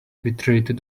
betrayed